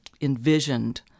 envisioned